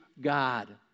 God